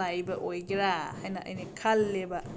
ꯂꯥꯏꯕ ꯑꯣꯏꯒꯦꯔ ꯍꯥꯏꯅ ꯑꯩꯅ ꯈꯜꯂꯦꯕ